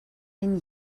den